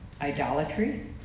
idolatry